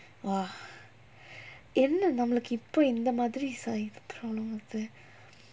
!wah! என்ன நம்மலுக்கு இப்டி இந்தமாரி சகிப்ப தோன வருது:enna nammalukku ipdi inthamaari sagippa thona varuthu